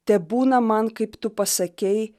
tebūna man kaip tu pasakei